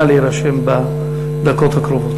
נא להירשם בדקות הקרובות.